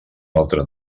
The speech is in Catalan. altre